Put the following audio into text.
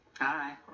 hi